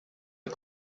are